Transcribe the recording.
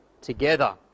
together